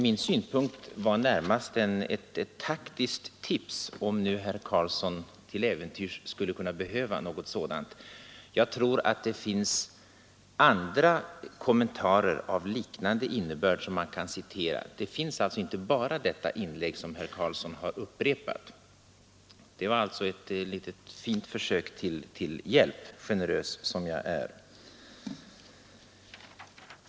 Min synpunkt var närmast ett taktiskt tips, om herr Carlsson till äventyrs skulle behöva något sådant. Jag tror att det finns andra kommentarer av liknande innebörd — inte bara det inlägg som herr Carlsson nu flera gånger har upprepat. Det var alltså ett litet fint försök till hjälp, generös som jag är!